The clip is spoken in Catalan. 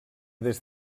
des